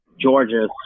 Georgia